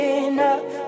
enough